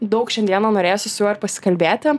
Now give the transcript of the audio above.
daug šiandieną norėsiu su juo ir pasikalbėti